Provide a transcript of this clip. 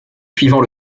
suivant